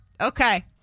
Okay